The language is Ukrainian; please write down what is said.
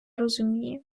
розумію